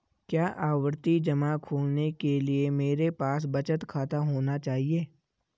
क्या आवर्ती जमा खोलने के लिए मेरे पास बचत खाता होना चाहिए?